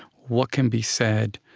what can be said,